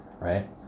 right